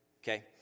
Okay